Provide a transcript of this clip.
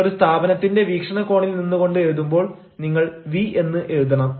നിങ്ങൾ ഒരു സ്ഥാപനത്തിന്റെ വീക്ഷണകോണിൽ നിന്നുകൊണ്ട് എഴുതുമ്പോൾ നിങ്ങൾ വി എന്ന് എഴുതണം